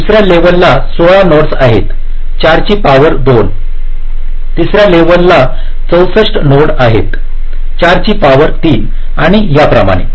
दुसरे लेवल ला 16 नोड्स आहेत4 ची पॉवर 2 तिसऱ्या लेवल वर 64 नोड्स असतील 4 ची पॉवर 3 आणि याप्रमाणे